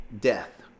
death